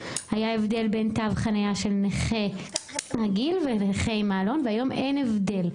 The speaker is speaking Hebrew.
היה הבדל בין תו חניה של נכה רגיל ונכה עם מעלון והיום אין הבדל.